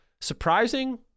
surprising